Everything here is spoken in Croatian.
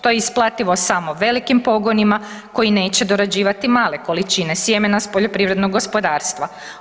To je isplativo samo velikim pogonima koji neće dorađivati male količine sjemena s poljoprivrednog gospodarstva.